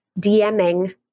DMing